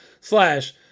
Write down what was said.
slash